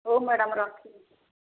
ହଉ ମ୍ୟାଡମ ରଖିଲି